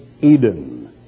Eden